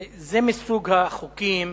זה מסוג החוקים